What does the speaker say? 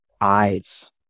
eyes